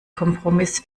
kompromiss